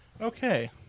Okay